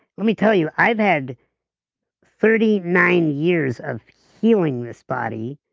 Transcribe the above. let me tell you, i've had thirty nine years of healing this body.